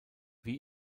wie